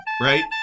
right